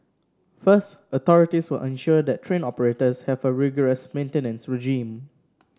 first authorities will ensure that train operators have a rigorous maintenance regime